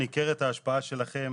ניכרת ההשפעה שלכם.